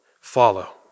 follow